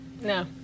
No